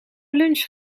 lunch